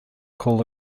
call